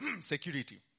security